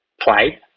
play